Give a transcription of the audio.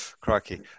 Crikey